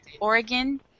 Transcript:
Oregon